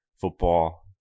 football